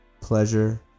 pleasure